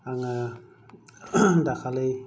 आङो दाखालि